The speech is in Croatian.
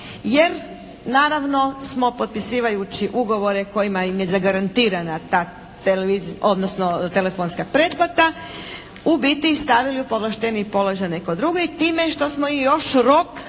Jer naravno smo potpisivajući ugovore kojima im je zagarantirana ta telefonska pretplata u biti stavili u povlašteni položaj neki drugi time što smo još i rok